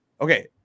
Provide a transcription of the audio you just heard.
Okay